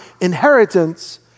inheritance